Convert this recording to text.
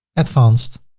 advanced,